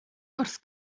wrth